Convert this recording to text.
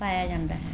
ਪਾਇਆ ਜਾਂਦਾ ਹੈ